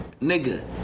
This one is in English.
nigga